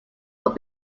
but